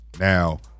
Now